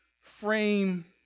frame